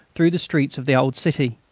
through the streets of the old city.